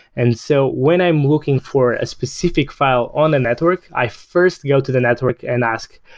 and so when i'm looking for a specific file on the network, i first go to the network and ask,